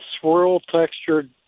swirl-textured